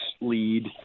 lead